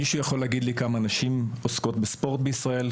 מישהו יכול להגיד לי כמה נשים עוסקות בספורט בישראל?